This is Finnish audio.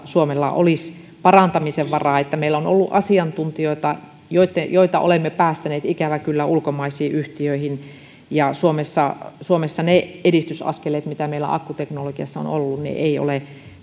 suomella olisi myöskin parantamisen varaa eli meillä on ollut asiantuntijoita joita joita olemme päästäneet ikävä kyllä ulkomaisiin yhtiöihin ja suomessa suomessa ne edistysaskeleet mitä meillä akkuteknologiassa on ollut eivät ole